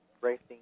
racing